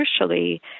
crucially